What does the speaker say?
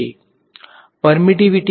વિદ્યાર્થીપર્મીટીવીટી અને પર્મીયાબીલીટી